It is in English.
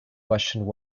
questioned